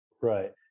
Right